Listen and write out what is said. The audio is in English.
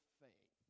faith